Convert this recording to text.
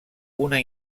una